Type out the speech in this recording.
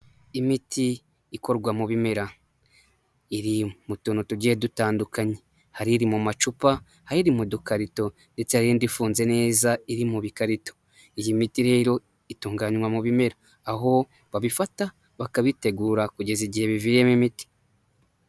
Imiti ikorwa mu bimera, iri mu tuntu tugiye dutandukanye, hari iri mu macupa, hari iri mu dukarito ndetse hari indi ifunze neza iri mu bikarito, iyi miti rero itunganywa mu bimera, aho babifata bakabitegura kugeza igihe biviriyemo imiti.